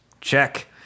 check